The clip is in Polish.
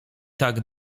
tak